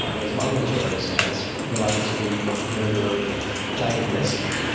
ah there's one notorious case related to the murder of jayden leskie,